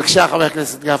חבר הכנסת גפני,